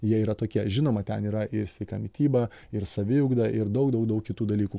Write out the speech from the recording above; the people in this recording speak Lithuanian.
jie yra tokie žinoma ten yra ir sveika mityba ir saviugda ir daug daug daug kitų dalykų